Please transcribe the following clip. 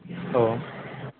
औ